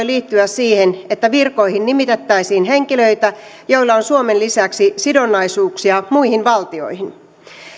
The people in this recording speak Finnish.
liittyä siihen että virkoihin nimitettäisiin henkilöitä joilla on suomen lisäksi sidonnaisuuksia muihin valtioihin